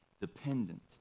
dependent